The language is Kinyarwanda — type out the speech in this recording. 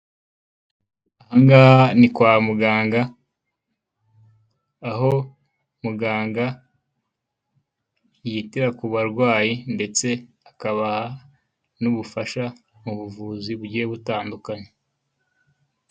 Aha ngaha ni kwa muganga, aho muganga yitira ku barwayi ndetse akabaha n'ubufasha mu buvuzi bugiye butandukanye.